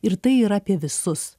ir tai yra apie visus